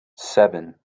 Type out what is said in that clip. seven